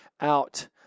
out